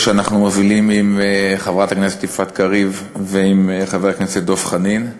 שאנחנו מובילים עם חברת הכנסת יפעת קריב ועם חבר הכנסת דב חנין,